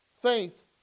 Faith